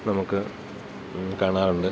നമുക്ക് കാണാറുണ്ട്